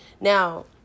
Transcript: Now